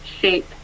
shape